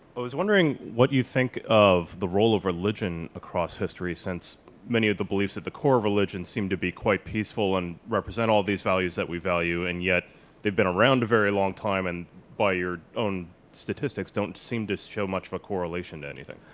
but was wondering what you think of the role of religion across history since many of the beliefs at the core of religion seem to be quite peaceful and represent all these values that we value and yet they've been around a very long time and by your own statistics don't seem to show much correlation to anything.